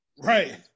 right